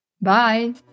Bye